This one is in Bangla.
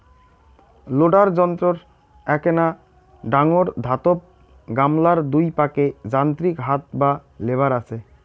লোডার যন্ত্রর এ্যাকনা ডাঙর ধাতব গামলার দুই পাকে যান্ত্রিক হাত বা লেভার আচে